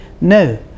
No